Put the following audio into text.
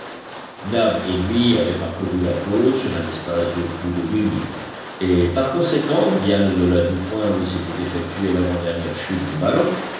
nab et lui avaient parcouru la côte sur un espace de plus de huit milles et par conséquent bien au delà du point où s'était effectuée l'avant-dernière chute du ballon